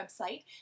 website